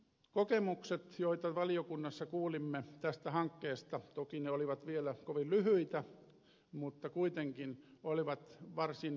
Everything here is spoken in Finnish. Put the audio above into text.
kokemukset joita valiokunnassa kuulimme tästä hankkeesta olivat toki vielä kovin lyhyitä mutta kuitenkin varsin rohkaisevia